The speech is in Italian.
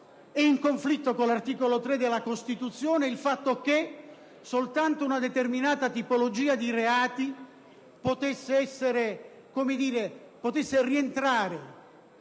e in conflitto con l'articolo 3 della Costituzione il fatto che soltanto una determinata tipologia di reati potesse rientrare